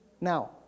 Now